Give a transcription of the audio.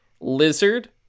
lizard